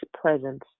presence